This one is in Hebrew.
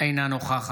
אינה נוכח